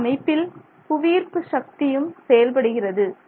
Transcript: இந்த அமைப்பில் புவி ஈர்ப்பு சக்தியும் செயல்படுகிறது